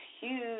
huge